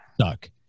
suck